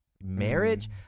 marriage